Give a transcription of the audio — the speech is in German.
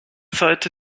sollte